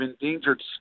endangered